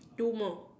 two more